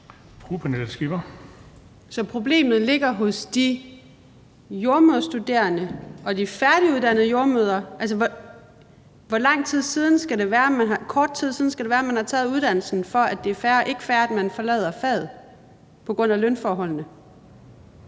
Så problemet ligger hos de jordemoderstuderende og de færdiguddannede jordemødre. For hvor kort tid siden skal man have taget uddannelsen, for at det ikke er fair, at man forlader faget på grund af lønforholdene?